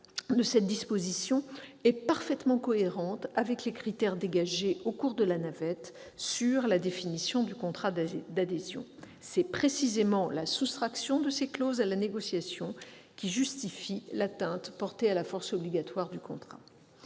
protecteur de cette disposition, est parfaitement cohérente avec les critères dégagés au cours de la navette sur la définition du contrat d'adhésion : c'est précisément la soustraction de ces clauses à la négociation qui justifie l'atteinte portée à la force obligatoire du contrat.